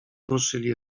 ruszyli